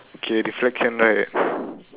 okay the reflection right